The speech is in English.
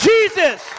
Jesus